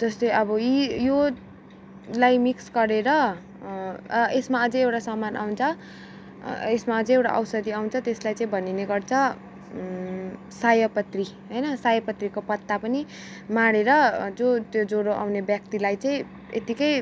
जस्तै अब यी योलाई मिक्स गरेर यसमा अझै एउटा सामान आउ छ यसमा अझै एउटा औषधी आउँछ त्यसलाई चाहिँ भनिने गर्छ सयपत्री होइन सयपत्रीको पत्तापनि माडेर जो त्यो ज्वरो आउने व्यक्तिलाई चाहिँ यतिकै